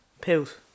Pills